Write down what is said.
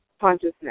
consciousness